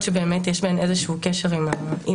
יש בה קופות חולים, יש גם אופי של גופים --- היא